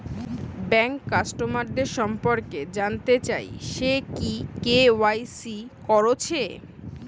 bank কাস্টমারদের সম্পর্কে জানতে চাই সে কি কে.ওয়াই.সি কোরেছে